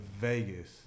Vegas